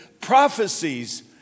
prophecies